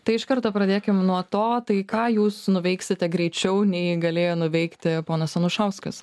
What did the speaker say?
tai iš karto pradėkim nuo to tai ką jūs nuveiksite greičiau nei galėjo nuveikti ponas anušauskas